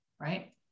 Right